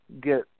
get